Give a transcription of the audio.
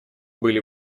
были